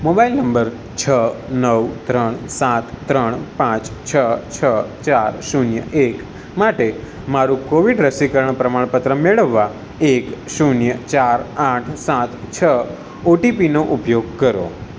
mobile number છ નવ ત્રણ સાત ત્રણ પાંચ છ છ ચાર શૂન્ય એક માટે મારું કોવિડ રસીકરણ પ્રમાણપત્ર મેળવવા એક શૂન્ય ચાર આઠ સાત છ ઓટીપીનો ઉપયોગ કરો